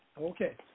Okay